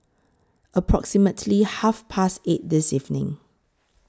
approximately Half Past eight This evening